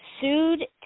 sued